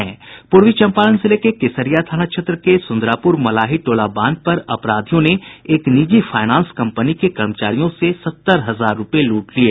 पूर्वी चंपारण जिले के केसरिया थाना क्षेत्र के सुंदरापुर मलाही टोला बांध पर अपराधियों ने एक निजी फायनांस कंपनी के कर्मचारियों से सत्तर हजार रूपये लूट लिये